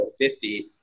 50